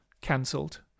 cancelled